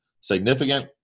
significant